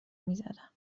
میزدم